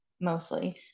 mostly